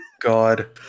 God